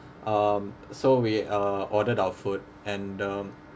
um so we uh ordered our food and um